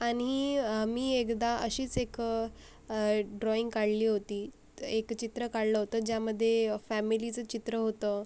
आणि मी एकदा अशीच एक ड्रॉईंग काढली होती एक चित्र काढलं होतं ज्यामध्ये फॅमिलीचं चित्र होतं